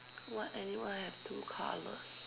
what animal have two colors